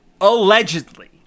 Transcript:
allegedly